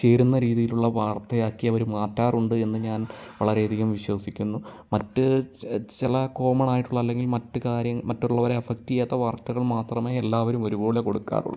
ചേരുന്ന രീതിയിലുള്ള വാർത്തയാക്കി അവർ മാറ്റാറുണ്ട് എന്ന് ഞാൻ വളരെയധികം വിശ്വസിക്കുന്നു മറ്റു ചില കോമൺ ആയിട്ടുള്ള അല്ലെങ്കിൽ മറ്റു കാര്യങ്ങൾ മറ്റുള്ളവരെ അഫക്ട് ചെയ്യാത്ത വാർത്തകൾ മാത്രമേ എല്ലാവരും ഒരുപോലെ കൊടുക്കാറുള്ളൂ